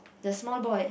the small boy